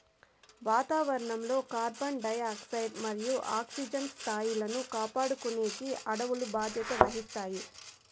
వాతావరణం లో carbon dioxide మరియు ఆక్సిజన్ స్థాయిలను కాపాడుకునేకి అడవులు బాధ్యత వహిస్తాయి